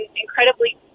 incredibly